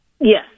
Yes